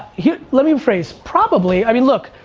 yeah let me rephrase. probably. i mean, look,